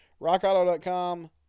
RockAuto.com